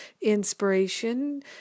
inspiration